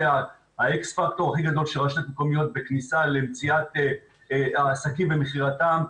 האקס-פקטור הכי גדול של רשויות מקומיות בכניסה למציאת העסקים ומכירתם,